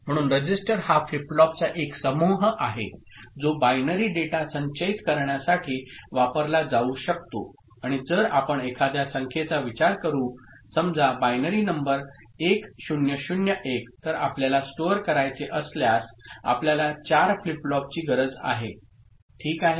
म्हणून रजिस्टर हा फ्लिप फ्लॉपचा एक समूह आहे जो बायनरी डेटासंचयित करण्यासाठी वापरला जाऊ शकतोआणि जर आपण एखाद्या संख्येचा विचार करू समजा बायनरी नंबर 1001 तर आपल्याला स्टोअर करायचे असल्यास आपल्याला 4 फ्लिप फ्लॉप ची गरज आहे ठीक आहे